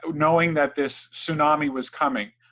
knowing that this tsunami was coming,